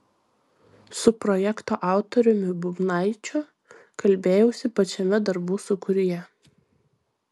su projekto autoriumi bubnaičiu kalbėjausi pačiame darbų sūkuryje